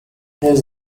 his